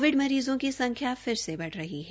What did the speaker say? Covid मरीजों की संख्या फिर से बढ़ रही है